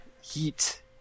Heat